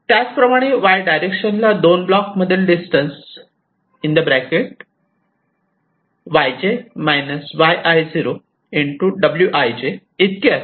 त्याच प्रमाणे Y direction ला दोन ब्लॉक मधील डिस्टन्स wij इतके असेल